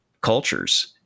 cultures